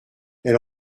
elle